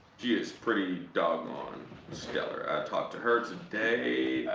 she is pretty doggone stellar. i talked to her today.